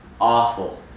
awful